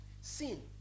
Sin